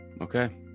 Okay